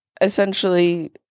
essentially